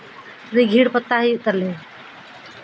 ᱨᱤᱜᱷᱤᱲ ᱯᱟᱛᱟ ᱦᱩᱭᱩᱜ ᱛᱟᱞᱮᱭᱟ